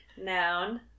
Noun